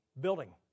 building